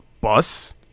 bus